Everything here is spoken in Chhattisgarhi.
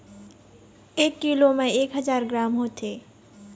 एक कीलो म एक हजार ग्राम होथे